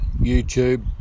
YouTube